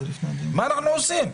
מה אנחנו עושים?